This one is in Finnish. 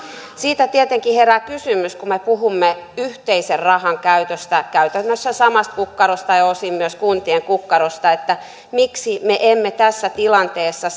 siitä tietenkin herää kysymys kun me puhumme yhteisen rahan käytöstä käytännössä samasta kukkarosta ja osin myös kuntien kukkarosta miksi me emme tässä tilanteessa